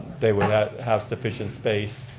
they will have sufficient space.